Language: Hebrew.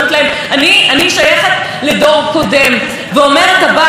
אני מצטטת את מה שהיא אומרת: הם התחתנו